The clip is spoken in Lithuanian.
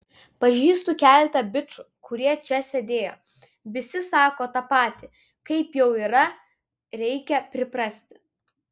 pažįstu keletą bičų kurie čia sėdėjo visi sako tą patį taip jau yra reikia priprasti